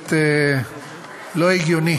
באמת לא הגיוני